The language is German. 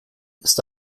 ist